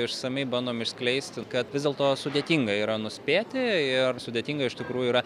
išsamiai bandom išskleisti kad vis dėlto sudėtinga yra nuspėti ir sudėtinga iš tikrųjų yra